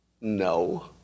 No